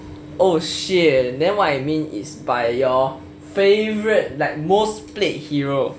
oh shit then what I mean is by your favorite like most played hero